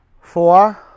Four